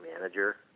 manager